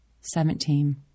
Seventeen